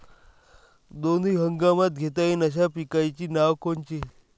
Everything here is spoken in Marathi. दोनी हंगामात घेता येईन अशा पिकाइची नावं कोनची?